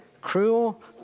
cruel